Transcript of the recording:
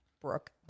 Brooke